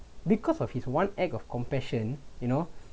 because of his one act of compassion you know